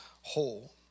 whole